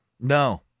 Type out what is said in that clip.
No